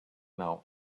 now